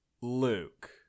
Luke